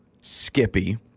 Skippy